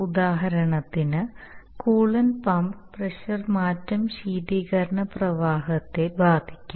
ഉദാഹരണത്തിന് coolant pump pressure മാറ്റം ശീതീകരണ പ്രവാഹത്തെ ബാധിക്കും